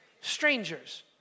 Strangers